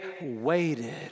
waited